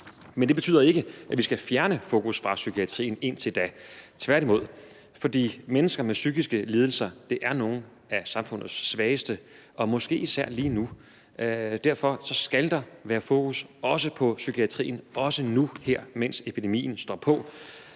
Men det betyder ikke, at vi skal fjerne fokus fra psykiatrien indtil da – tværtimod. Mennesker med psykiske lidelser er nogle af samfundets svageste – og måske især lige nu. Derfor skal der være fokus også på psykiatrien, også nu her, mens epidemien står på.